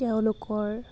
তেওঁলোকৰ